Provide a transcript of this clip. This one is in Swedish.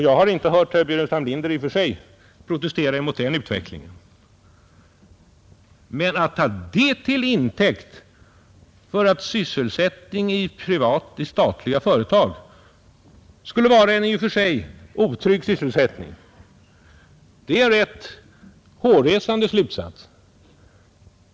Jag har inte hört herr Burenstam Linder protestera mot den utvecklingen. Men att ta detta till intäkt för slutsatsen att sysselsättning i statliga företag i och för sig skulle vara en otrygg sysselsättning är rätt hårresande.